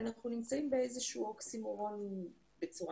אנחנו נמצאים באיזה שהוא אוקסימורון מבחינה